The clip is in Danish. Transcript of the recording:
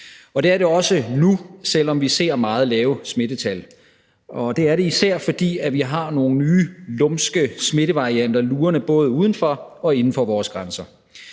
det er det også nu, selv om vi ser meget lave smittetal, især fordi vi har nogle nye lumske smittevarianter lurende både uden for og inden for vores grænser.